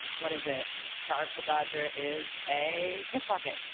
what is it artful dodger is a. pickpocket.